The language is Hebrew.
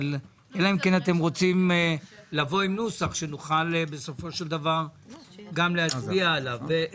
אלא אם כן אתם רוצים לבוא עם נוסח שנוכל בסופו של דבר גם להצביע עליו.